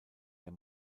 der